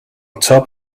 top